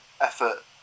effort